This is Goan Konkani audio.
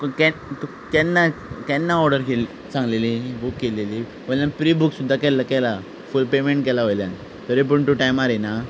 तुका कॅब तुका केन्ना केन्ना ऑर्डर केल्ली सांगलेली बूक केलेली वयल्यान प्री बूक सुद्दां केलां फूल पेमेंट केला वयल्यान तरी पूण तूं टायमार येयना